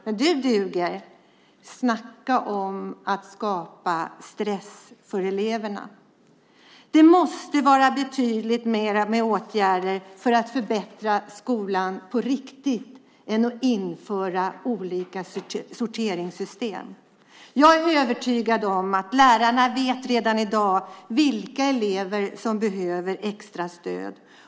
Men du duger. Snacka om att skapa stress för eleverna. Det måste vara betydligt fler åtgärder för att förbättra skolan på riktigt än att införa olika sorteringssystem. Jag är övertygad om att lärarna redan i dag vet vilka elever som behöver extra stöd.